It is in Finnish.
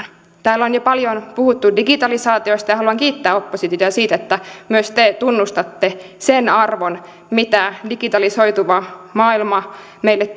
täällä on jo paljon puhuttu digitalisaatiosta ja haluan kiittää oppositiota siitä että myös te tunnustatte sen arvon mitä digitalisoituva maailma meille